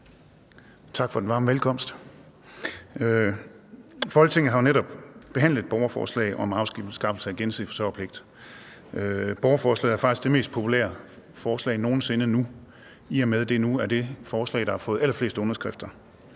Folketinget har jo netop behandlet et borgerforslag om afskaffelse af gensidig forsørgerpligt. Borgerforslaget er faktisk det mest populære forslag nogen sinde, i og med at det nu er det forslag, der har fået allerflest underskrifter.